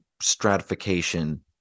stratification